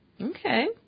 Okay